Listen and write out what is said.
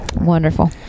Wonderful